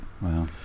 Wow